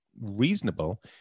reasonable